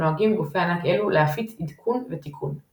נוהגים גופי ענק אלו להפיץ "עדכון" ותיקון.